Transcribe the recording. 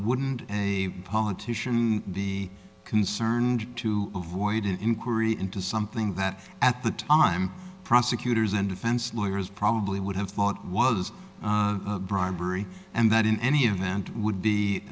wouldn't a politician be concerned to avoid an inquiry into something that at the time prosecutors and defense lawyers probably would have thought was bribery and that in any event would be